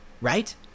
right